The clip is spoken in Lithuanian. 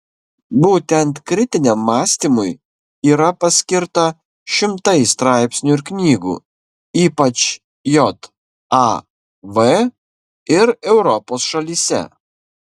būtent kritiniam mąstymui yra paskirta šimtai straipsnių ir knygų ypač jav ir europos šalyse